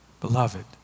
Beloved